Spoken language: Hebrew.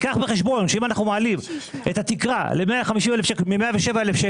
קח בחשבון שאם אנחנו מעלים את התקרה ל-150,000 ₪,